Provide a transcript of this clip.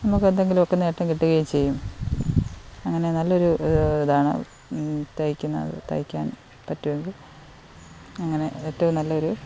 നമുക്കെന്തെങ്കിലൊക്കെ നേട്ടം കിട്ടുകയും ചെയ്യും അങ്ങനെ നല്ലൊരു ഇതാണ് തയ്ക്കുന്നത് തയ്ക്കാൻ പറ്റുമെങ്കില് അങ്ങനെ ഏറ്റവും നല്ലൊരു